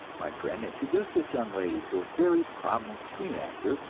my friend introduced this young lady to a very prominent screen actor,